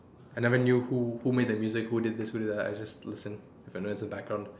I never knew who who make the music who did this who did that I just listen when there's the background